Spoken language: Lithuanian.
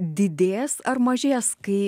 didės ar mažės kai